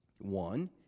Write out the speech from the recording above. One